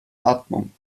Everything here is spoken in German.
atmung